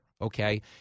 okay